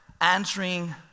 answering